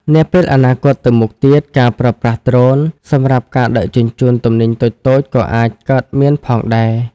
នាពេលអនាគតទៅមុខទៀត ការប្រើប្រាស់ដ្រូន សម្រាប់ការដឹកជញ្ជូនទំនិញតូចៗក៏អាចកើតមានផងដែរ។